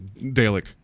Dalek